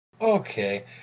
Okay